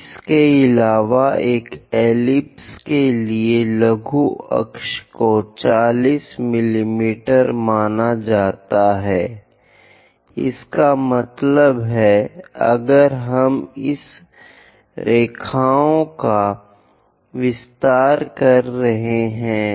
इसके अलावा एक एलिप्स के लिए लघु अक्ष को 40 मिमी माना जाता है इसका मतलब है अगर हम इन रेखायों का विस्तार कर रहे हैं